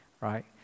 right